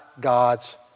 God's